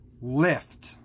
lift